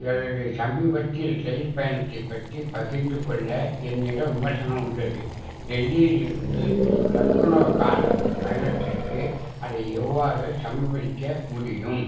எனது சமீபத்திய ட்ரெயின் பயணத்தைப் பற்றி பகிர்ந்துக்கொள்ள என்னிடம் விமர்சனம் உள்ளது டெல்லியிலிருந்து லக்குனோக்கான பயணத்திற்கு அதை எவ்வாறு சமர்ப்பிக்க முடியும்